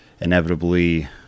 inevitably